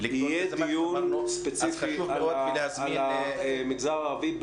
--- יהיה דיון ספציפי על המגזר הערבי,